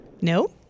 No